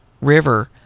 River